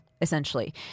essentially